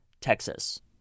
Texas